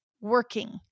working